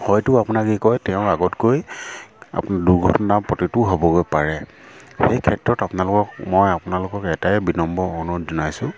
হয়টো আপোনাৰ কি কয় তেওঁ আগতকৈ আপোনাৰ দুৰ্ঘটনা পতিতও হ'বগৈ পাৰে সেই ক্ষেত্ৰত আপোনালোকক মই আপোনালোকক এটাই বিনম্ৰ অনুৰোধ জনাইছোঁ